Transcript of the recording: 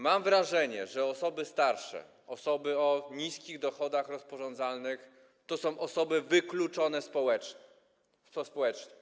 Mam wrażenie, że osoby starsze, osoby o niskich dochodach rozporządzalnych to są osoby wykluczone społecznie.